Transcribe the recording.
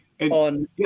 on